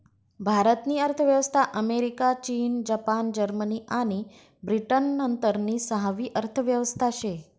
भारत नी अर्थव्यवस्था अमेरिका, चीन, जपान, जर्मनी आणि ब्रिटन नंतरनी सहावी अर्थव्यवस्था शे